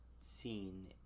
seen